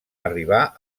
arribar